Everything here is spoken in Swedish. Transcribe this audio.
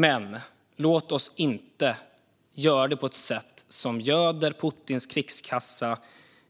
Men låt oss inte göra det på ett sätt som göder Putins krigskassa